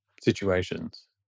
situations